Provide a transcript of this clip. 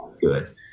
good